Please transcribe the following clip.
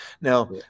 Now